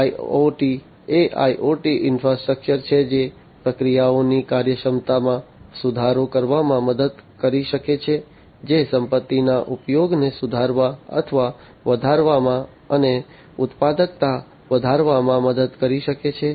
IoT એ IoT infrastructure છે જે પ્રક્રિયાઓની કાર્યક્ષમતામાં સુધારો કરવામાં મદદ કરી શકે છે જે સંપત્તિના ઉપયોગને સુધારવા અથવા વધારવામાં અને ઉત્પાદકતા વધારવામાં મદદ કરી શકે છે